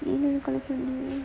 mmhmm